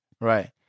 Right